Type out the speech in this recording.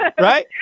Right